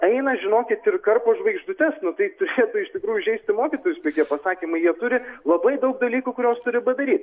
eina žinokit ir karpo žvaigždutes nu tai turėtų iš tikrųjų įžeisti mokytojus tokie pasakymai jie turi labai daug dalykų kuriuos turi padaryt